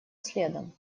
следом